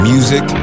Music